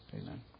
Amen